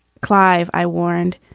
clive, i warned.